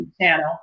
channel